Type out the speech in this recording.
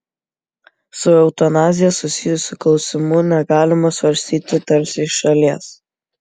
su eutanazija susijusių klausimų negalima svarstyti tarsi iš šalies